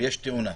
ויש תאונה,